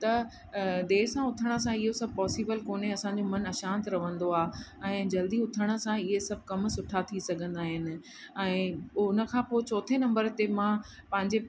त देरि सां उथण सां इहो सभु पॉसिबल कोन्हे असांजो मनु अशांति रहंदो आहे ऐं जल्दी उथण सां इहे सभु कमु सुठा थी सघंदा आहिनि ऐं उन खां पोइ चोथें नंबर ते मां पंहिंजे